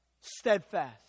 Steadfast